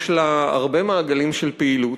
יש לה הרבה מעגלים של פעילות.